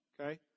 okay